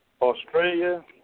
Australia